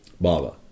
Baba